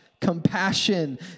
compassion